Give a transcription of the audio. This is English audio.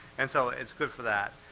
and so it's good for that.